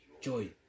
Joy